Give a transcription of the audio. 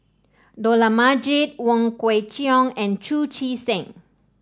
Dollah Majid Wong Kwei Cheong and Chu Chee Seng